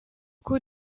coût